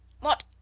What